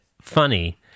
funny